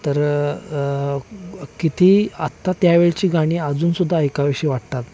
तर किती आत्ता त्या वेळची गाणी अजूनसुद्धा ऐकाविशी वाटतात